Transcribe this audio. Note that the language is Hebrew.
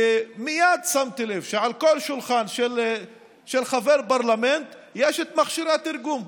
ומייד שמתי לב שעל כל שולחן של חבר פרלמנט יש מכשיר תרגום,